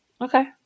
Okay